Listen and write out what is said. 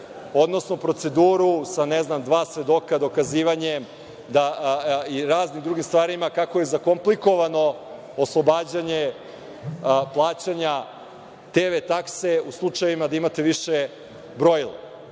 odnosno proceduru sa, ne znam, dva svedoka, dokazivanjem i raznim drugim stvarima, kako je zakomplikovano oslobađanje plaćanja TV takse u slučajevima gde imate više